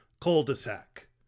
Cul-de-sac